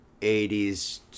80s